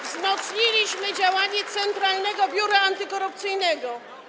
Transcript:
Wzmocniliśmy działanie Centralnego Biura Antykorupcyjnego.